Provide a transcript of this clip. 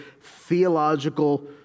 theological